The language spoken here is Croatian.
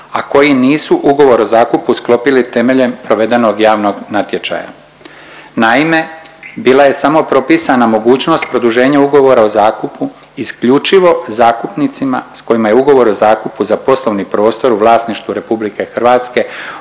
a koji nisu ugovor o zakupu sklopili temeljem provedenog javnog natječaja. Naime, bila je samo propisana mogućnost produženja ugovora o zakupu isključivo zakupnicima s kojima je ugovor o zakupu za poslovni prostor u vlasništvu RH odnosno